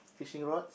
fishing rods